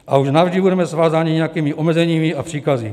A už navždy budeme svázáni nějakými omezeními a příkazy.